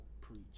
preach